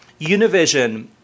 Univision